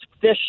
fish